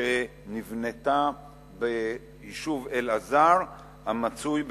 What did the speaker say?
שנבנתה ביישוב אלעזר המצוי בגוש-עציון.